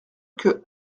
que